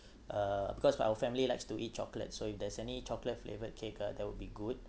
uh because our family likes to eat chocolate so if there's any chocolate flavoured cake uh that would be good